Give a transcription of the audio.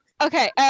Okay